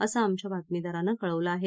असं आमच्या बातमीदारानं कळवलं आहे